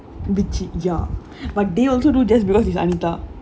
bitchy ya but they also do this because it's anita